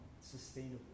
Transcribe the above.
sustainable